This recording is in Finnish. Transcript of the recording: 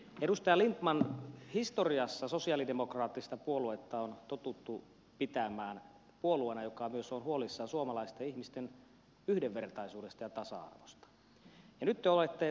edustaja lindtman historiassa sosialidemokraattista puoluetta on totuttu pitämään puolueena joka myös on huolissaan suomalaisten ihmisten yhdenvertaisuudesta ja tasa arvosta